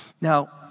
Now